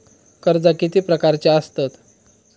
कर्जा किती प्रकारची आसतत